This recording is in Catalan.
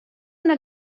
una